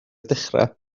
dechrau